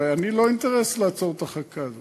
הרי אין לי אינטרס לעצור את החקיקה הזאת,